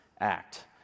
act